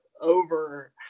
over